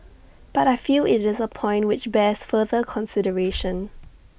but I feel IT is A point which bears further consideration